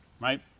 right